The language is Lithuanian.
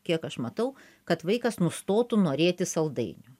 kiek aš matau kad vaikas nustotų norėti saldainių